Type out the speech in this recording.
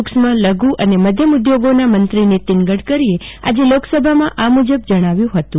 સક્ષ્મ અને લઘુ અને મધ્યમ ઉધોગોના મત્રી નિતિન ગડકરીએ આજ લોકસભામાં આ મુજબ જણાવ્યું હતું